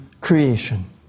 creation